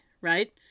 right